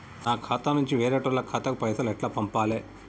నా ఖాతా నుంచి వేరేటోళ్ల ఖాతాకు పైసలు ఎట్ల పంపాలే?